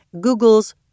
Google's